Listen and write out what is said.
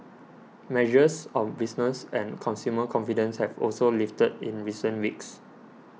measures of business and consumer confidence have also lifted in recent weeks